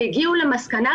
והגיע ולמסקנה,